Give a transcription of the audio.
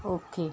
okay